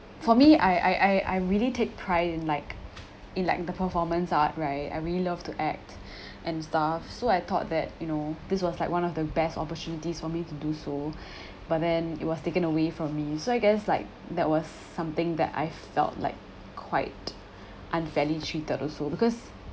for me I I I really take pride in like in like the performance art right I really love to act and stuff so I thought that you know this was like one of the best opportunities for me to do so but then it was taken away from me so I guess like that was something that I felt like quite unfairly treated also because